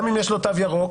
גם אם יש לו תו ירוק,